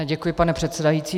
Děkuji, pane předsedající.